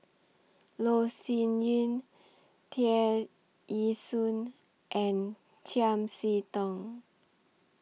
Loh Sin Yun Tear Ee Soon and Chiam See Tong